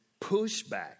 pushback